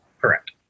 Correct